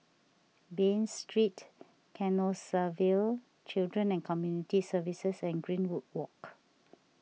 Bain Street Canossaville Children and Community Services and Greenwood Walk